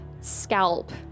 scalp